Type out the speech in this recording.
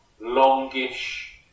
longish